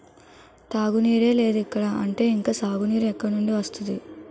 తాగునీరే లేదిక్కడ అంటే ఇంక సాగునీరు ఎక్కడినుండి వస్తది?